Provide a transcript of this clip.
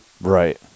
Right